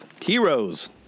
Heroes